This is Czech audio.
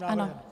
Ano.